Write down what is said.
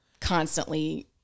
constantly